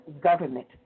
government